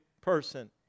person